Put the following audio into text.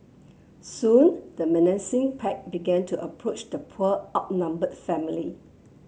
soon the menacing pack began to approach the poor outnumbered family